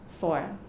Four